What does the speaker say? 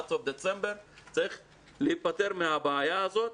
עד סוף דצמבר צריך להיפתר מהבעיה הזאת,